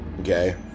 Okay